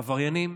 עבריינים,